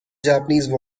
japanese